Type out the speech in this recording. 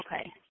Okay